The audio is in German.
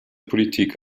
politik